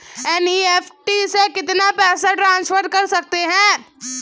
NEFT से कितना पैसा ट्रांसफर कर सकते हैं?